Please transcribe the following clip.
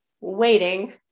waiting